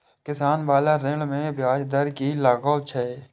किसान बाला ऋण में ब्याज दर कि लागै छै?